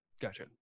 gotcha